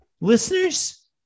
Listeners